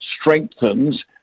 strengthens